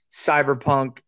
cyberpunk